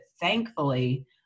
thankfully